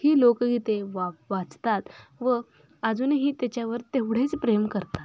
ही लोकगीते वा वाचतात व अजूनही त्याच्यावर तेवढेच प्रेम करतात